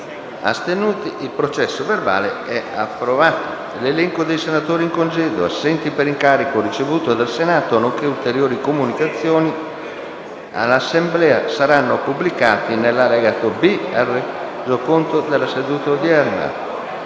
link apre una nuova finestra"). L'elenco dei senatori in congedo e assenti per incarico ricevuto dal Senato, nonché ulteriori comunicazioni all'Assemblea saranno pubblicati nell'allegato B al Resoconto della seduta odierna.